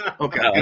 okay